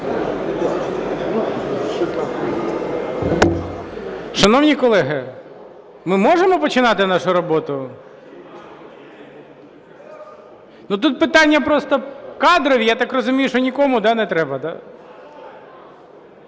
Шановні колеги, ми можемо починати нашу роботу? Тут питання просто кадрові, я так розумію, що нікому, да, не треба?